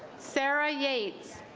sarah yea's